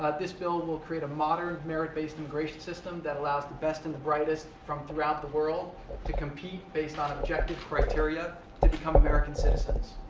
but this bill will create a modern, merit-based immigration system that allows the best and the brightest from throughout the world to compete based on objective criteria to become american citizens.